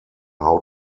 how